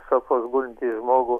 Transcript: sofos gulintį žmogų